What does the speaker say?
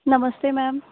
नमस्ते मैम